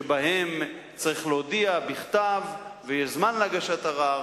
שבהם צריך להודיע בכתב, ויש זמן להגשת ערר,